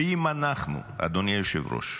אדוני היושב-ראש,